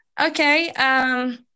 Okay